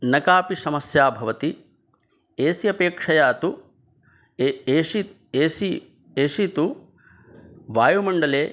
न कापि समस्या भवति एस्यपेक्षया तु ए एशि एसि एशि तु वायुमण्डले